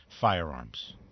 firearms